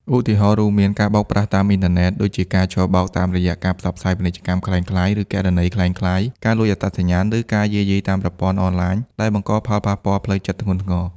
ឧទាហរណ៍រួមមាន ការបោកប្រាស់តាមអ៊ីនធឺណិត (ដូចជាការឆបោកតាមរយៈការផ្សាយពាណិជ្ជកម្មក្លែងក្លាយ ឬគណនីក្លែងក្លាយ) ការលួចអត្តសញ្ញាណ ឬ ការយាយីតាមប្រព័ន្ធអនឡាញ ដែលបង្កផលប៉ះពាល់ផ្លូវចិត្តធ្ងន់ធ្ងរ។